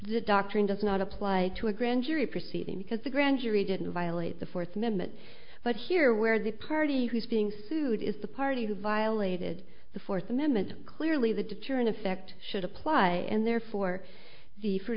the doctrine does not apply to a grand jury proceeding because the grand jury didn't violate the fourth amendment but here where the party who's being sued is the party who violated the fourth amendment clearly the deterrent effect should apply and therefore the